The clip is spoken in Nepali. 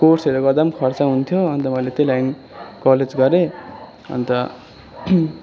अन्त कोर्सहरू गर्दा पनि खर्चा हुन्थ्यो अन्त मैले त्यो लागि कोलेज गरेँ अन्त